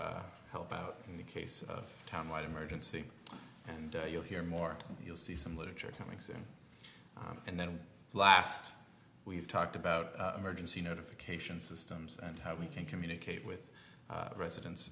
to help out in the case of timeline emergency and you'll hear more you'll see some literature coming soon and then last we've talked about emergency notification systems and how we can communicate with residents